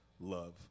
love